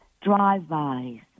drive-bys